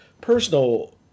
personal